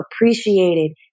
appreciated